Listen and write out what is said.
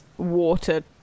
water